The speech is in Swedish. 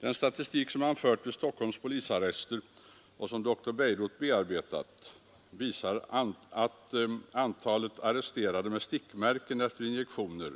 Den statistik som man fört vid Stockholms polisarrester och som 4 april 1973 dr Bejerot bearbetat visar att antalet arresterade med stickmärken efter injektioner